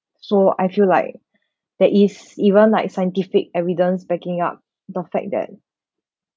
so I feel like there is even like scientific evidence backing up the fact that